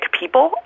people